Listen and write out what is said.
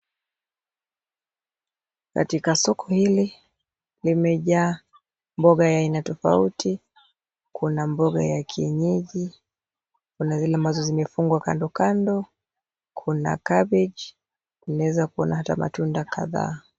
Katika soko hili limejaa mboga ya aina tofauti kuna mboga ya kienyeji ,kuna zile ambazo zimefungwa kando kando, kuna cabbage naweza kuona hata matunda kadhaa.